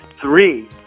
three